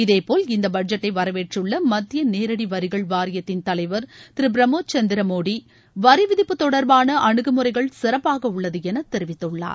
இதேபோல் இந்தபட்ஜெட்டைவரவேற்றுள்ளமத்தியநேரடிவரிகள் வாரியத்தின் தலைவர் திருபிரமோத் சந்திரமோடி வரிவிதிப்பு தொடர்பானஅணுகுமுறைகள் சிறப்பாகஉள்ளதுஎனதெரிவித்துள்ளார்